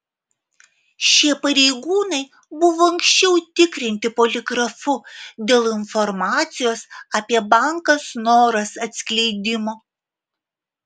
šie pareigūnai buvo anksčiau tikrinti poligrafu dėl informacijos apie banką snoras atskleidimo